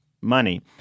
money